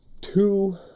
two